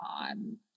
on